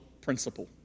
principle